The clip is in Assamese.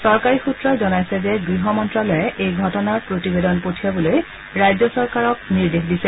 চৰকাৰী সূত্ৰই জনাইছে যে গৃহ মন্তালয়ে এই ঘটনাৰ প্ৰতিবেদন পঠিয়াবলৈ ৰাজ্য চৰকাৰক নিৰ্দেশ দিছে